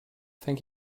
thank